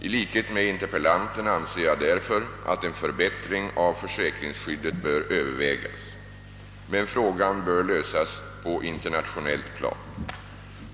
I likhet med interpellanten anser jag därför att en förbättring av försäkringsskyddet bör övervägas. Frågan bör emellertid lösas på internationellt plan.